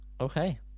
Okay